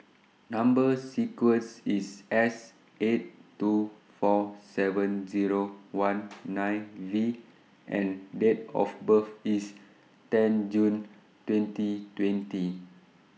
Number sequence IS S eight two four seven Zero one nine V and Date of birth IS ten June twenty twenty